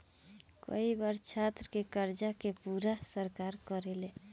कई बार छात्र के कर्जा के पूरा सरकार करेले